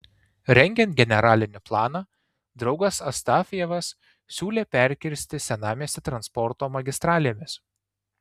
rengiant generalinį planą draugas astafjevas siūlė perkirsti senamiestį transporto magistralėmis